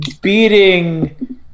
beating